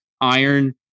iron